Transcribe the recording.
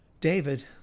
David